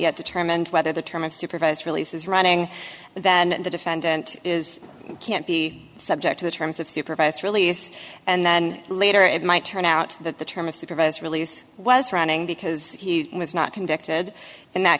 yet determined whether the term of supervised release is running that the defendant is can't be subject to the terms of supervised release and then later it might turn out that the term of supervised release was running because he was not convicted in that